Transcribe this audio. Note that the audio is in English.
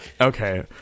okay